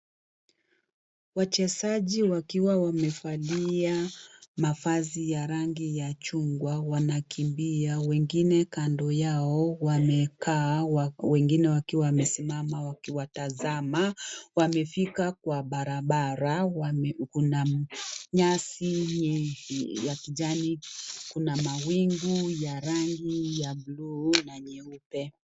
Wachezaji wakiwa wamevalia mavazi ya rangi ya chungwa wanakimbia. Wengine kando yao wamekaa, wengine wakiwa wamesimama wakiwatazama. Wamefika kwa barabara wame , kuna nyasi ya kijani, kuna mawingu ya rangi ya buluu na nyeupe.